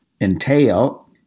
entail